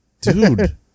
dude